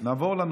נתקבלה.